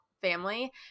family